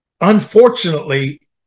unfortunately